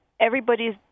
Everybody's